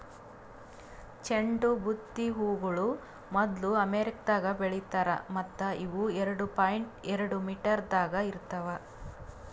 ಚಂಡು ಬುತ್ತಿ ಹೂಗೊಳ್ ಮೊದ್ಲು ಅಮೆರಿಕದಾಗ್ ಬೆಳಿತಾರ್ ಮತ್ತ ಇವು ಎರಡು ಪಾಯಿಂಟ್ ಎರಡು ಮೀಟರದಾಗ್ ಇರ್ತಾವ್